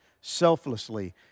selflessly